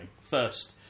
first